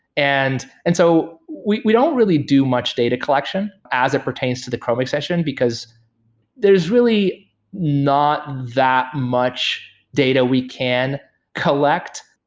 and and so we we don't really do much data collection as it pertains to the chrome extension, because there's really not that much data we can collect.